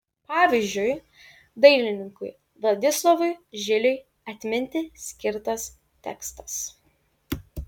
pavyzdžiui dailininkui vladislovui žiliui atminti skirtas tekstas